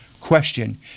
Question